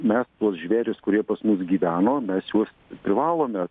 mes tuos žvėris kurie pas mus gyveno mes juos privalome